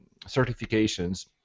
certifications